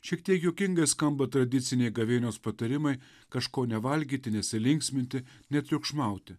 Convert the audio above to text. šiek tiek juokingai skamba tradiciniai gavėnios patarimai kažko nevalgyti nesilinksminti netriukšmauti